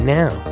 now